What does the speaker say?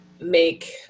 make